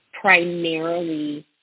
primarily